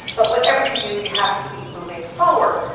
but whatever you do you have to keep moving forward.